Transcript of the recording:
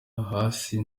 hasi